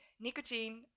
nicotine